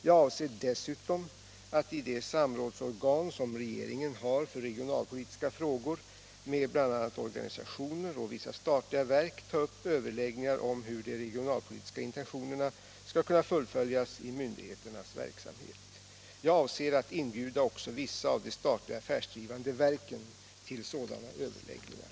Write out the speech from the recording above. Jag avser dessutom att i det samrådsorgan som regeringen har för regionalpolitiska frågor med bl.a. organisationer och vissa statliga verk ta upp överläggningar om hur de regionalpolitiska intentionerna skall kunna fullföljas i myndigheternas verksamhet. Jag avser att inbjuda också vissa av de statliga affärsdrivande verken till sådana överläggningar.